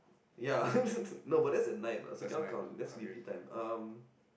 ya no but that's at night lah so cannot count that's sleepy time um